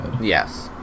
Yes